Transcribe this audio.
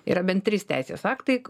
yra bent trys teisės aktai